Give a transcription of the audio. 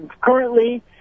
currently